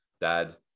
dad